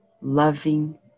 loving